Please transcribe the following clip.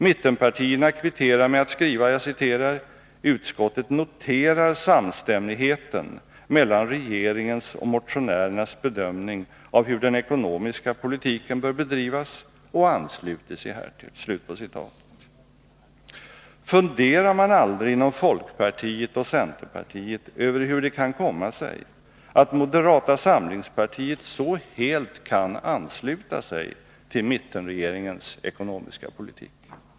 Mitterpartierna kvitterar med att skriva: ”Utskottet noterar samstämmigheten mellan regeringens och motionärernas bedömning av hur den ekonomiska politiken bör bedrivas och ansluter sig härtill.” Funderar man aldrig inom folkpartiet och centerpartiet över hur det kan komma sig att moderata samlingspartiet så helt kan ansluta sig till mittenregeringens ekonomiska politik?